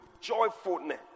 joyfulness